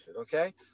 okay